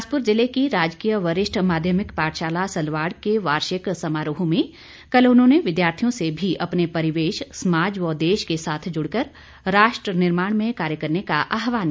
बिलासपूर जिले की राजकीय वरिष्ठ माध्यमिक पाठशाला सलवाड के वार्षिक समारोह में कल उन्होंने विद्यार्थियों से भी अपने परिवेश समाज व देश के साथ जुडकर राष्ट्रनिर्माण में कार्य करने का आह्वान किया